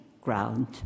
ground